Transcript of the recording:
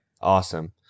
Awesome